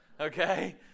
Okay